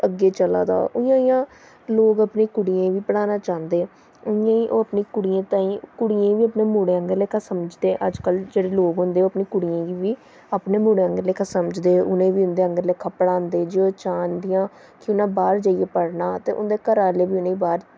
अग्गें चला दा उ'आं उ'आं लोग अपनी कुड़ियोें गी बी पढ़ना चांह्दे न इ'यां गै ओह् अपनी कुड़ियें तीहीं कुड़ियें गी बी अपने मुड़ें आह्ला लेक्खा समझदे न अजकल्ल जेह्ड़े लोग होंदे ओह् अपनी कुड़ियें गी बी अपनें मुड़ें आह्ला लेक्खा समझदे उ'नें गी बी उं'दे आह्ला लेक्खा पढ़ांदे जो चाह्दियां कि उ'नैं बाह्र जाइयै पढ़ना ते उं'दै घर आह्ले बी उ'नें गी बाह्र